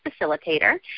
facilitator